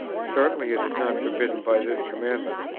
certainly it is not forbidden by this commandment.